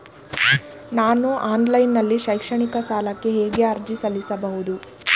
ನಾನು ಆನ್ಲೈನ್ ನಲ್ಲಿ ಶೈಕ್ಷಣಿಕ ಸಾಲಕ್ಕೆ ಹೇಗೆ ಅರ್ಜಿ ಸಲ್ಲಿಸಬಹುದು?